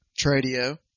Tradio